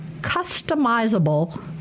customizable